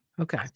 Okay